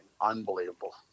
Unbelievable